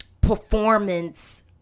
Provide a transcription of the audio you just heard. performance